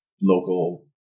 local